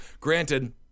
Granted